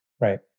Right